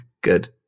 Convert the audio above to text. Good